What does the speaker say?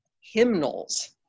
hymnals